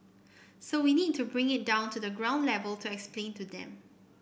so we need to bring it down to the ground level to explain to them